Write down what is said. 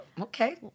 okay